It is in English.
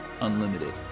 unlimited